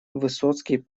высоцкий